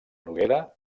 noguera